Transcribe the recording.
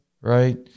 right